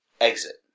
Exit